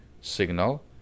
signal